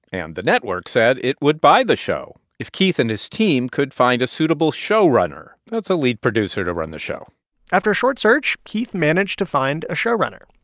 and the network said it would buy the show if keith and his team could find a suitable showrunner. that's a lead producer to run the show after a short search, keith managed to find a showrunner.